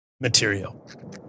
material